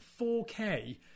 4K